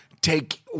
take